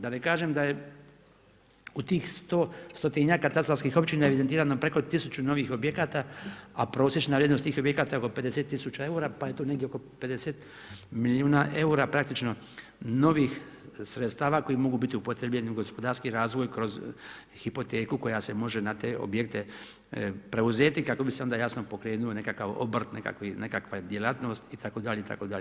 Da ne kažem, da je u tih 100-tinjak katastarskih općina, evidentirano preko 1000 novih objekata, a prosječna vrijednost tih objekata je oko 50000 eura, pa je to negdje oko 50 milijuna eura, praktično novih sredstava koji mogu biti upotrjebljeni u gospodarski razvoj kroz hipoteku koja se može na te objekte preuzeti, kako bi se onda jasno pokrenula nekakav obrt, nekakva djelatnost itd., itd.